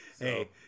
Hey